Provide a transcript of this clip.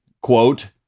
quote